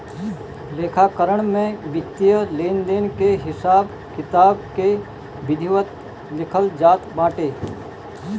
लेखाकरण में वित्तीय लेनदेन के हिसाब किताब के विधिवत लिखल जात बाटे